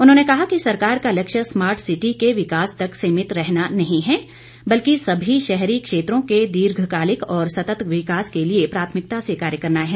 उन्होंने कहा कि सरकार का लक्ष्य स्मार्ट सिटी के विकास तक सीमित रहना नहीं है बल्कि सभी शहरी क्षेत्रों के दीर्घकालिक और सतत विकास के लिए प्राथमिकता से कार्य करना है